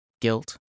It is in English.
guilt